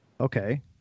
Okay